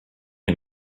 and